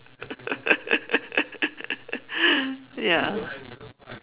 ya